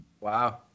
Wow